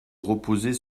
reposer